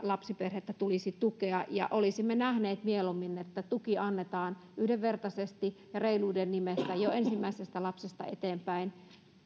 lapsiperhettä tulisi tukea olisimme nähneet mieluummin että tuki annetaan yhdenvertaisesti reiluuden nimessä jo ensimmäisestä lapsesta eteenpäin